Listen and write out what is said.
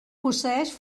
posseïx